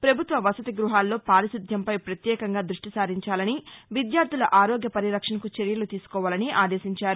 పభుత్వ వసతి గృహాల్లో పారిశుద్యం పై పత్యేకంగా దృష్టి సారించాలని విద్యార్దల ఆరోగ్య పరిరక్షణకు చర్యలు తీసుకోవాలని ఆదేశించారు